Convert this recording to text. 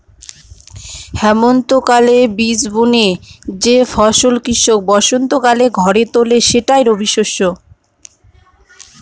হেমন্তকালে বীজ বুনে যে ফসল কৃষক বসন্তকালে ঘরে তোলে সেটাই রবিশস্য